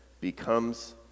becomes